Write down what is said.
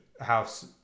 house